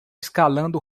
escalando